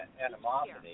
animosity